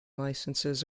licences